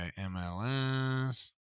MLS